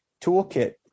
toolkit